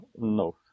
No